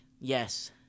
Yes